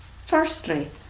Firstly